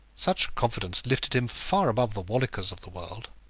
such confidence lifted him far above the wallikers of the world.